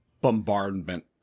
bombardment